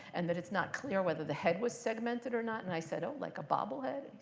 and that it's not clear whether the head was segmented or not. and i said, oh, like a bobblehead.